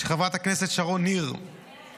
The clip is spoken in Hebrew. של חברת הכנסת שרון ניר ואחרים,